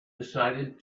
decided